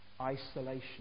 Isolation